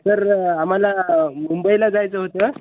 sir आम्हाला मुंबईला जायचं होतं